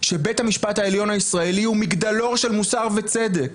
שבית המשפט העליון הישראלי הוא מגדלור של מוסר וצדק,